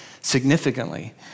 significantly